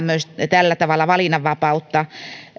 tällä tavalla valinnanvapautta